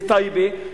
בטייבה,